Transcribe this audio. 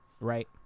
right